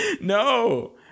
No